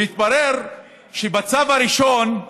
התברר שבצו הראשון,